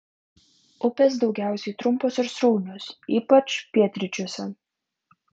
upės daugiausiai trumpos ir sraunios ypač pietryčiuose